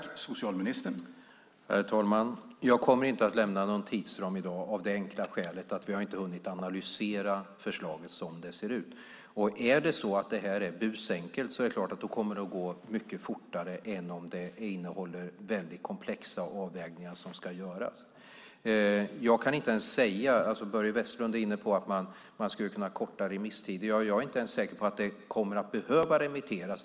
Herr talman! Jag kommer inte att lämna någon tidsram i dag av det enkla skälet att vi inte har hunnit analysera förslaget som det ser ut. Är det så att det är busenkelt kommer det att gå mycket fortare än om det innehåller mycket komplexa avvägningar som ska göras. Börje Vestlund är inne på att man skulle kunna korta remisstiden. Jag är inte ens säker på att förslaget kommer att behöva remitteras.